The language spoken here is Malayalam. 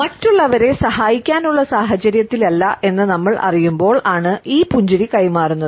മറ്റുള്ളവരെ സഹായിക്കാനുള്ള സാഹചര്യത്തിലല്ല എന്ന് നമ്മൾ അറിയുമ്പോൾ ആണ് ഈ പുഞ്ചിരി കൈമാറുന്നത്